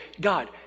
God